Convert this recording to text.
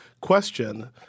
question